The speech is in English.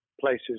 places